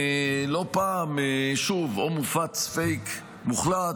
לא פעם, שוב, או שמופץ פייק מוחלט,